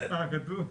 צוות,